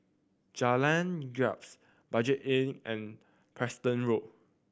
Jalan Gapis Budget Inn and Preston Road